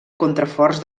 contraforts